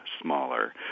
smaller